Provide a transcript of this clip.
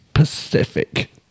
Pacific